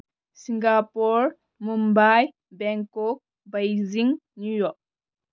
Singapore Mumbai Bangkok Beijing New York